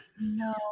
No